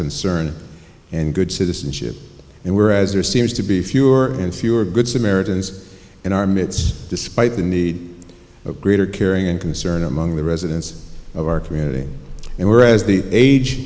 concern and good citizenship and whereas there seems to be fewer and fewer good samaritans in our midst despite the need of greater caring and concern among the residents of our community and whereas the age